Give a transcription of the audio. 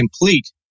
complete